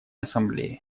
ассамблее